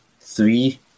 three